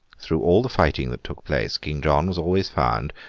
through all the fighting that took place, king john was always found,